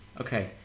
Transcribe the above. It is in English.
Okay